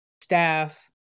staff